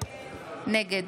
נגד